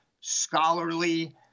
scholarly